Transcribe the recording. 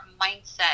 mindset